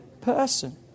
person